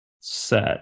set